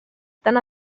tan